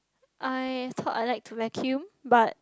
I thought I like to vacuum but